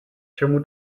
čemu